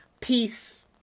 peace